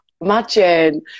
Imagine